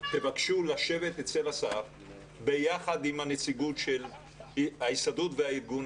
תבקשו לשבת אצל השר ביחד עם ההסתדרות והארגון.